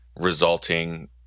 resulting